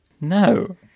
no